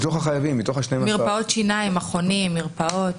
מרפאות שיניים, מכונים, מרפאות.